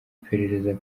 iperereza